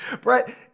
Brett